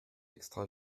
extra